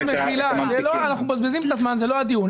אלכס, אנחנו מבזבזים את הזמן, זה לא הדיון.